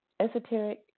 Esoteric